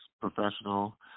professional